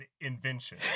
invention